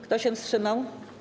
Kto się wstrzymał?